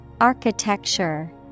Architecture